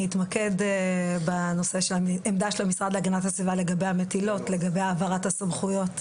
אני אתמקד בעמדה של המשרד להגנת הסביבה לגבי המטילות והעברת הסמכויות.